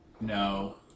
No